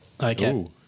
Okay